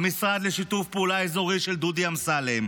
המשרד לשיתוף פעולה אזורי של דודי אמסלם,